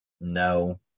no